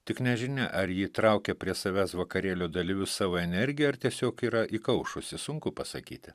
tik nežinia ar ji traukė prie savęs vakarėlio dalyvius savo energija ar tiesiog yra įkaušusi sunku pasakyti